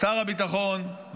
שר הביטחון,